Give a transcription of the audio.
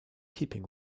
keeping